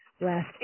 last